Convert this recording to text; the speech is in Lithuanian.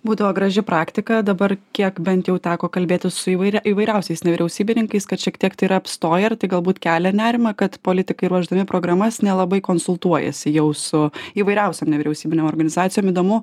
būdavo graži praktika dabar kiek bent jau teko kalbėtis su įvairia įvairiausiais nevyriausybininkais kad šiek tiek tai yra apstoję ir tai galbūt kelia nerimą kad politikai ruošdami programas nelabai konsultuojasi jau su įvairiausiom nevyriausybinėm organizacijom įdomu